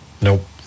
Nope